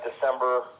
December